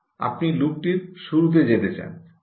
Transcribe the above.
আপনি লুপটির শুরুতে যেতে চান